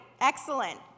Excellent